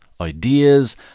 ideas